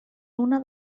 una